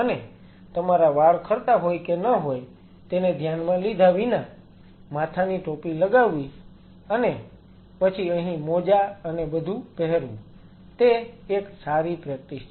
અને તમારા વાળ ખરતા હોય કે ન હોય તેને ધ્યાનમાં લીધા વિના માથાની ટોપી લગાવવી અને પછી અહીં મોજા અને બધું પહેરવું તે એક સારી પ્રેક્ટિસ છે